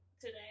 today